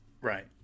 right